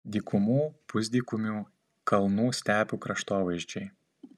dykumų pusdykumių kalnų stepių kraštovaizdžiai